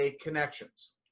connections